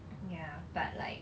ya but like